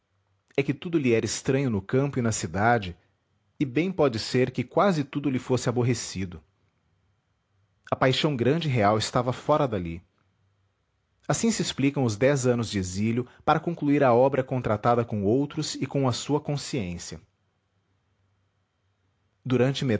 é que tudo lhe era estranho no campo e na cidade e bem pode ser que quase tudo lhe fosse aborrecido a paixão grande e real estava fora dali assim se explicam os dez anos de exílio para concluir a obra contratada com outros e com a sua consciência durante